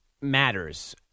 matters